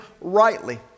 rightly